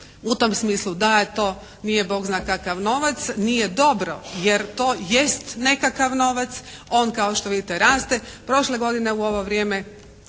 u tom smislu da je to nije bog zna kakav novac nije dobro jer to jest nekakav novac. On kao što vidite raste. Prošle godine u ovo vrijeme